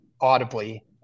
audibly